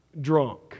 Drunk